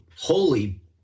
holy